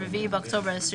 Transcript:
(4 באוקטובר 2021)"